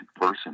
person